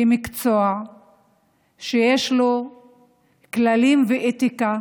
כמקצוע שיש לו כללים ואתיקה